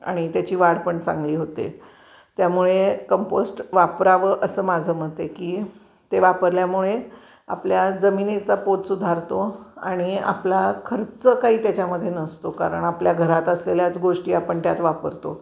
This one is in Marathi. आणि त्याची वाढ पण चांगली होते त्यामुळे कंपोस्ट वापरावं असं माझं मत आहे की ते वापरल्यामुळे आपल्या जमिनीचा पोत सुधारतो आणि आपला खर्च काही त्याच्यामधे नसतो कारण आपल्या घरात असलेल्याच गोष्टी आपण त्यात वापरतो